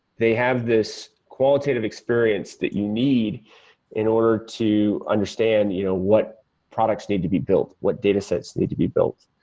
they have this qualitative experience that you need in order to understand you know what products need to be built, what datasets need to be built.